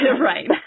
Right